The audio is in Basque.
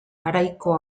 garaiko